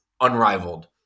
unrivaled